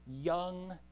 young